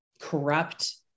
corrupt